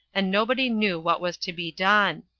and nobody knew what was to be done.